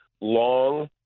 long